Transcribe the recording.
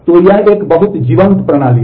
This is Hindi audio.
तो यह एक बहुत जीवंत प्रणाली है